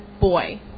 boy